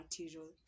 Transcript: material